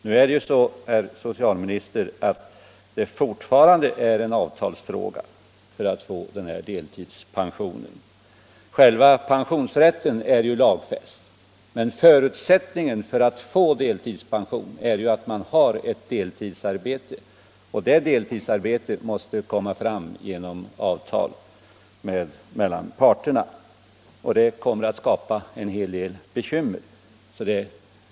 Nu är det så, herr socialminister, att det fortfarande blir en avtalsfråga att få deltidspension. Själva pensionsrätten blir lagfäst, men förutsättningen för att få delpension är ju att man har ett deltidsarbete, och det deltidsarbetet måste komma fram genom avtal mellan parterna. Det kommer att skapa en hel del bekymmer.